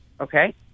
Okay